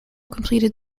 completed